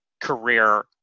career